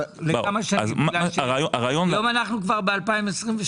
היום אנחנו כבר ב-23'.